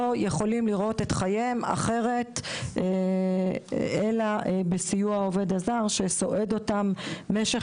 יכולים לראות את חייהם אחרת אלא בסיוע העובד הזר שסועד אותם במשך